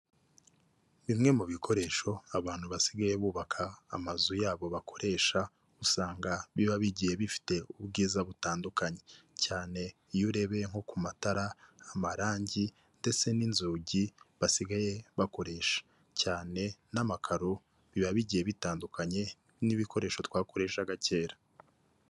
Bimwe mu bikoresho abantu basigaye bubaka amazu yabo bakoresha, usanga biba bigiye bifite ubwiza butandukanye, cyane iyo urebe nko ku matara, amarangi, ndetse n'inzugi, basigaye bakoresha cyane n'amakaro biba bigiye bitandukanye n'ibikoresho twakoreshaga kera.